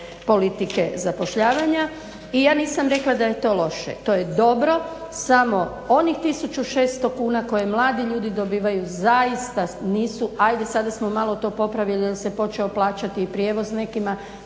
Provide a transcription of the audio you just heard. politike zapošljavanja. Ja nisam rekla da je to loše. To je dobro, samo onih 1600 kuna koje mladi ljudi dobivaju zaista nisu ajde sada smo malo to popravili jer se počeo plaćati i prijevoz nekima,